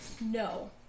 No